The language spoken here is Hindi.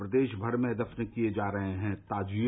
प्रदेश भर में दफ्न किए जा रहे हैं ताजिए